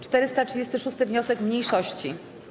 436. wniosek mniejszości.